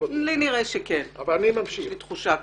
לי נראה שכן, יש לי תחושה כזו.